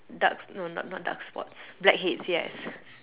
dark no no not dark spots blackheads yes